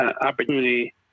opportunity